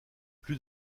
plus